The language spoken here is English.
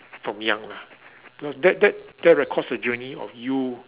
from young lah that that that records the journey of you